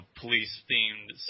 police-themed